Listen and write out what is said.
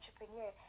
entrepreneur